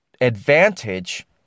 advantage